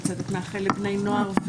של צדק מאחה לבני נוער,